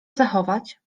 zachować